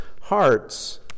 hearts